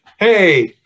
Hey